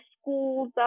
school's